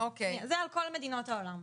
זה על כל מדינות העולם.